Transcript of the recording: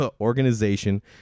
organization